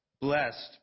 Blessed